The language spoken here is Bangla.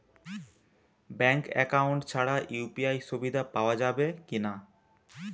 ব্যাঙ্ক অ্যাকাউন্ট ছাড়া ইউ.পি.আই সুবিধা পাওয়া যাবে কি না?